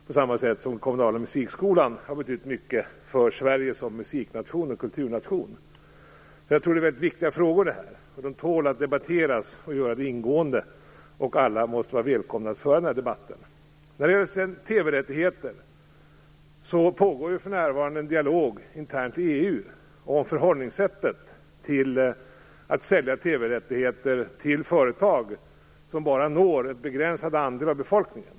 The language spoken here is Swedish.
På samma sätt har kommunala musikskolan betytt mycket för Sverige som musikoch kulturnation. Jag tror att detta är väldigt viktiga frågor. De tål att debatteras ingående. Alla måste vara välkomna att föra den här debatten. När det gäller TV-rättigheter pågår för närvarande en intern dialog i EU om förhållningssättet när det gäller att sälja TV-rättigheter till företag som bara når en begränsad andel av befolkningen.